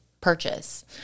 purchase